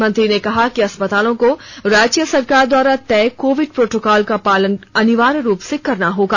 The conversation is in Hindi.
मंत्री ने कहा कि अस्पतालों को राज्य सरकार द्वारा तय कोविड प्रोटोकॉल का पालन अनिवार्य रूप से करना होगा